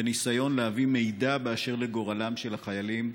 בניסיון להביא מידע באשר לגורלם של החיילים.